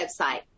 website